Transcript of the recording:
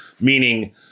meaning